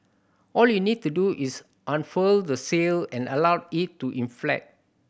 all you need to do is unfurl the sail and allow it to inflate